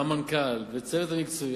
והמנכ"ל והצוות המקצועי,